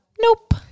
Nope